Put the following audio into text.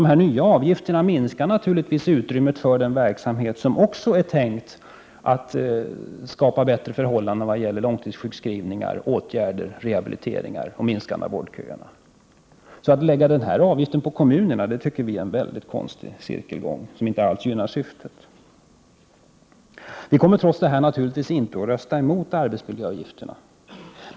De nya avgifterna minskar naturligtvis utrymmet för den verksamhet som också är tänkt att skapa bättre förhållanden i vad gäller långtidssjukskrivningar, rehabilitering och minskande av vårdköerna. Att lägga denna avgift på kommunerna tycker vi är en mycket konstig cirkelgång, som inte alls gynnar syftet. Vi kommer, trots detta, inte att rösta emot arbetsmiljöavgifterna.